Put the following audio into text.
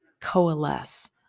coalesce